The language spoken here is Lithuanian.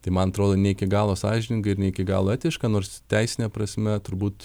tai man atrodo ne iki galo sąžininga ir ne iki galo etiška nors teisine prasme turbūt